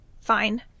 Fine